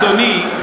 אדוני,